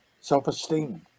Self-esteem